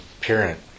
parent